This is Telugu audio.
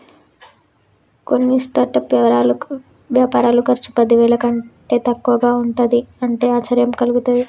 కొన్ని స్టార్టప్ వ్యాపారుల ఖర్చు పదివేల కంటే తక్కువగా ఉంటుంది అంటే ఆశ్చర్యం కలుగుతుంది